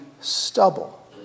stubble